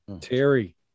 Terry